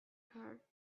heart